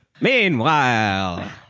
Meanwhile